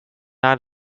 out